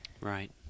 Right